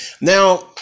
Now